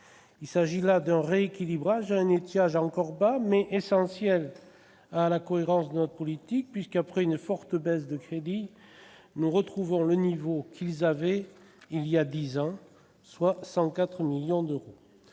Il s'agit là d'un rééquilibrage, à un étiage encore bas, mais essentiel à la cohérence de notre politique. Après une forte baisse, les crédits retrouvent le niveau qu'ils avaient voilà dix ans, soit 104 millions d'euros.